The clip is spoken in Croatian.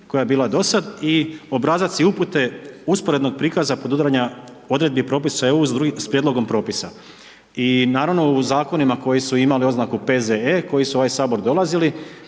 koja je bila do sada i obrazac i upute usporednog prikaza podudaranja odredbi propisa EU sa prijedlogom propisa. I naravno u zakonima koji su imali oznaku P.Z.E. koji su u ovaj Sabor dolazili